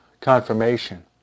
confirmation